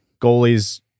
Goalies